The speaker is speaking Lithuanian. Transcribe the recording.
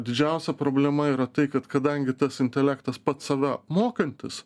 didžiausia problema yra tai kad kadangi tas intelektas pats save mokantis